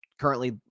currently